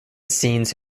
scenes